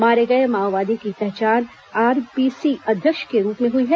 मारे गए माओवादी की पहचान आरपीसी अध्यक्ष के रूप में हुई है